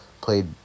played